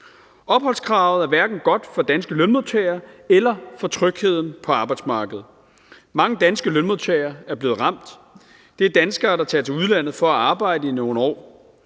Opholdskravet er hverken godt for danske lønmodtagere eller for trygheden på arbejdsmarkedet. Mange danske lønmodtagere er blevet ramt. Det er danskere, der tager til udlandet for at arbejde i nogle år.